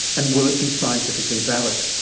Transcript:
and will it be scientifically valid?